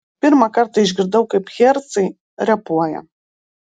pirmą kartą išgirdau kaip hercai repuoja